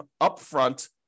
upfront